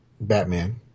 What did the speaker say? Batman